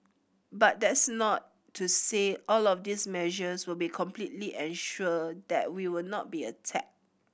but that's not to say all of these measures will be completely ensure that we will not be attacked